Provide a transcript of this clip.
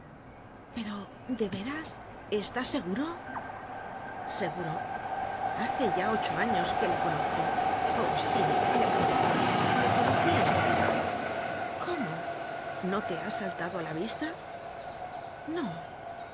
pero de veras estás seguro seguro i hace ya ocho años pero le conozco oh sí le conozco le conocí en seguida cómo no te ha saltado á la vista no